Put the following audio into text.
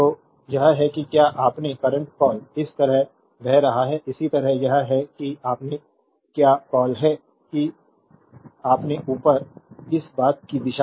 तो यह है कि क्या अपने करंट कॉल इस तरह बह रहा है इसी तरह यह है कि अपने क्या कॉल है कि अपने ऊपर इस बात की दिशा